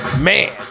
man